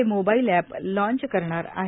हे mobile app launch करणार आहे